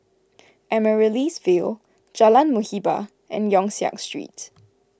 Amaryllis Ville Jalan Muhibbah and Yong Siak Street